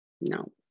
No